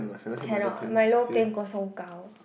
cannot Milo peng kosong kaw